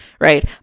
right